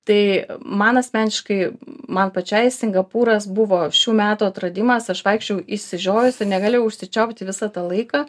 tai man asmeniškai man pačiai singapūras buvo šių metų atradimas aš vaikščiojau išsižiojusi negalėjau užsičiaupti visą tą laiką